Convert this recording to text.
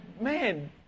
man